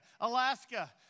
Alaska